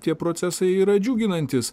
tie procesai yra džiuginantys